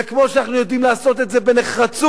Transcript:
וכמו שאנחנו יודעים לעשות את זה בנחרצות